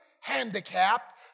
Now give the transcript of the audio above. handicapped